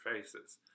faces